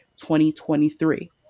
2023